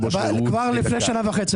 כבר לפני שנה וחצי,